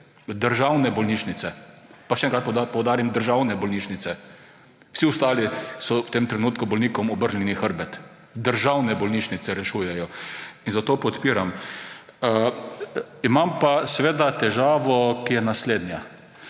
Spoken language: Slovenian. Državne bolnišnice, pa še enkrat poudarim, državne bolnišnice. Vsi ostali so v tem trenutku bolnikom obrnili hrbet. Državne bolnišnice rešujejo in zato podpiram. Imam pa seveda težavo, ki je naslednja.